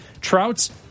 Trout's